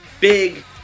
big